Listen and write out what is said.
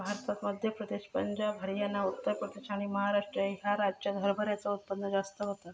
भारतात मध्य प्रदेश, पंजाब, हरयाना, उत्तर प्रदेश आणि महाराष्ट्र ह्या राज्यांत हरभऱ्याचा उत्पन्न जास्त होता